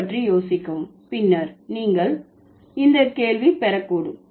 அதை பற்றி யோசி பின்னர் நீங்கள் பின்னர் இந்த கேள்வி பெற கூடும்